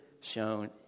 shown